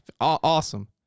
Awesome